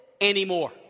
anymore